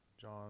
John